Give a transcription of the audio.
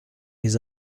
his